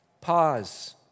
pause